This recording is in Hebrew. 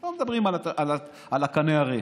לא מדברים על הקנה הריק.